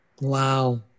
Wow